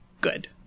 good